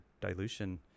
dilution